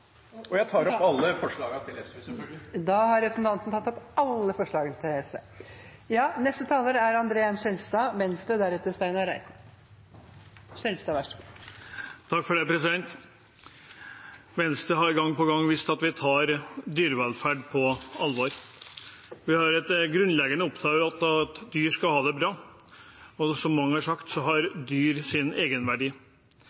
Jeg tar sjølsagt opp alle forslagene til SV. Representanten Arne Nævra har tatt opp forslagene han refererte til. Venstre har gang på gang vist at vi tar dyrevelferd på alvor. Vi er grunnleggende opptatt av at dyr skal ha det bra. Som mange her har sagt, har dyr sin egenverdi. Dyrevelferden må prioriteres høyere i dag. Alle dyr må sikres frihet fra smerte, skade og sykdom. Vi som så